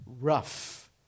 rough